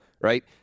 right